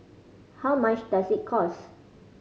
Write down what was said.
how much does it cost